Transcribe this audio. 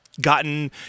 gotten